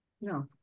no